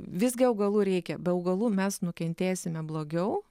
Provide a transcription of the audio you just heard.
visgi augalų reikia be augalų mes nukentėsime blogiau